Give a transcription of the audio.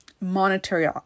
monetary